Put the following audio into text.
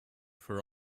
for